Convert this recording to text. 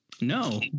No